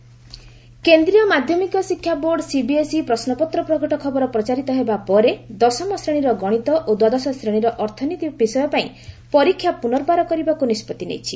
CBSE exam କେନ୍ଦ୍ରୀୟ ମାଧ୍ୟମିକ ଶିକ୍ଷା ବୋର୍ଡ଼ ସିବିଏସ୍ଇ ପ୍ରଶ୍ୱପତ୍ର ପ୍ରଘଟ ଖବର ପ୍ରଚାରିତ ହେବା ପରେ ଦଶମ ଶ୍ରେଣୀର ଗଣିତ ଓ ଦ୍ୱାଦଶ ଶ୍ରେଣୀର ଅର୍ଥନୀତି ବିଷୟ ପାଇଁ ପରୀକ୍ଷା ପ୍ରନର୍ବାର କରିବାକ୍ ନିଷ୍ପଭି ନେଇଛି